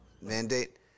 mandate